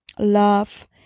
love